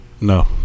No